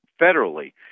federally